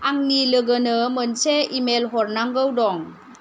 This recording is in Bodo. आंनि लोगोनो मोनसे इमेल हरनांगौ दं